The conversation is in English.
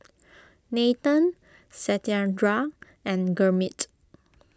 Nathan Satyendra and Gurmeet